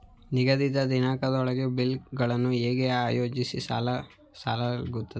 ನಿಗದಿತ ದಿನಾಂಕದೊಳಗೆ ಬಿಲ್ ಗಳನ್ನು ಹೇಗೆ ಆಯೋಜಿಸಲಾಗುತ್ತದೆ?